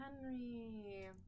Henry